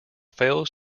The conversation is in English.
fails